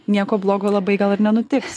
nieko blogo labai gal ir nenutiks